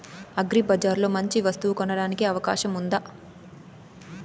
అగ్రిబజార్ లో మంచి వస్తువు కొనడానికి అవకాశం వుందా?